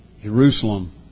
Jerusalem